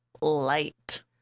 light